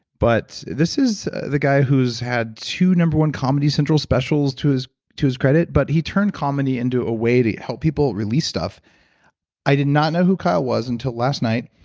but this is the guy who's had two number one comedy central specials to his to his credit, but he turned comedy into a way to help people release stuff i did not know who kyle was until last night.